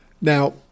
Now